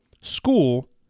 school